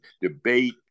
debate